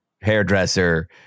hairdresser